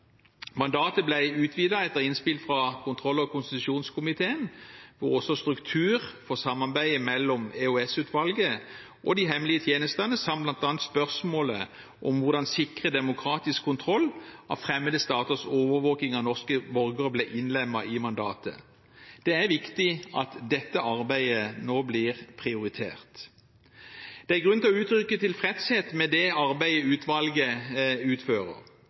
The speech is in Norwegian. Mandatet ble utvidet etter innspill fra kontroll- og konstitusjonskomiteen, og også struktur for samarbeidet mellom EOS-utvalget og de hemmelige tjenestene samt bl.a. spørsmålet om hvordan en sikrer demokratisk kontroll av fremmede staters overvåking av norske borgere, ble innlemmet i mandatet. Det er viktig at dette arbeidet nå blir prioritert. Det er grunn til å uttrykke tilfredshet med det arbeidet utvalget utfører.